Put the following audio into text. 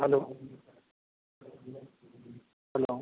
hello hello